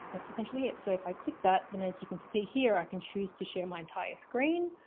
that's essentially it. so if i click that, then as you can see here, i can choose to share my entire screen.